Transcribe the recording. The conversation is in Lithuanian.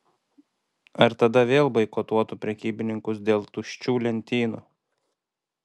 ar tada vėl boikotuotų prekybininkus dėl tuščių lentynų